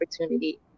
opportunity